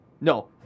No